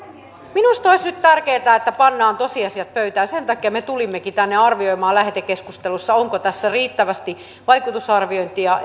minusta olisi nyt tärkeintä että pannaan tosiasiat pöytään sen takia me tulimmekin tänne arvioimaan lähetekeskustelussa onko tässä riittävästi vaikutusarviointia